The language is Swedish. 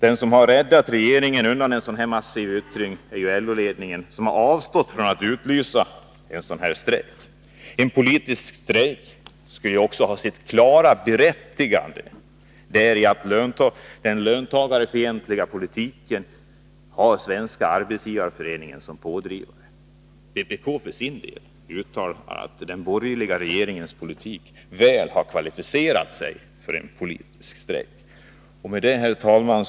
Det som har räddat regeringen undan en sådan massiv protestyttring är LO-ledningen, som har avstått från att utlysa en politisk strejk. En politisk strejk har även sitt klara berättigande däri att den löntagarfientliga politiken har Svenska arbetsgivareföreningen såsom pådrivare. Vpk för sin del uttalar att de borgerliga regeringarna väl har kvalificerat sig för en politisk strejk. Herr talman!